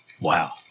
Wow